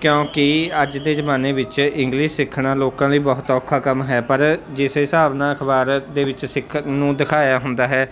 ਕਿਉਂਕਿ ਅੱਜ ਦੇ ਜ਼ਮਾਨੇ ਵਿੱਚ ਇੰਗਲਿਸ਼ ਸਿੱਖਣਾ ਲੋਕਾਂ ਲਈ ਬਹੁਤ ਔਖਾ ਕੰਮ ਹੈ ਪਰ ਜਿਸ ਹਿਸਾਬ ਨਾਲ ਅਖ਼ਬਾਰ ਦੇ ਵਿੱਚ ਸਿੱਖਣ ਨੂੰ ਦਿਖਾਇਆ ਹੁੰਦਾ ਹੈ